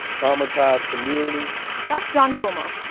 traumatized communities that's john comer.